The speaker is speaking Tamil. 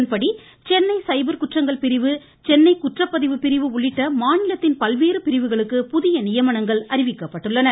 இதன்படி சென்னை சைபர் குற்றங்கள் பிரிவு சென்னை குற்றப்பதிவு பிரிவு உள்ளிட்ட மாநிலத்தின் பல்வேறு பிரிவுகளுக்கு புதிய நியமனங்கள் அறிவிக்கப்பட்டுள்ளன